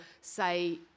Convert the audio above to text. say